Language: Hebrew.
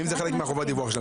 אם זה חלק מחובת הדיווח שלהם,